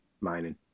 mining